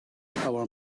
our